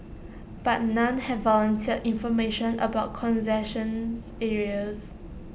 but none have volunteered information about concessions areas